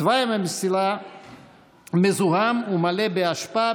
תוואי המסילה מזוהם ומלא באשפה,